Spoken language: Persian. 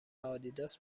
آدیداس